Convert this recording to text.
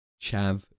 chav